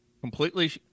completely